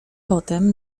potem